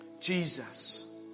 Jesus